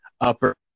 upper